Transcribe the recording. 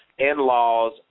in-laws